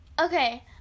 Okay